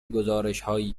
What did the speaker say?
گزارشهایی